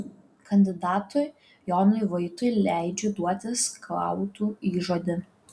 kandidatui jonui vaitui leidžiu duoti skautų įžodį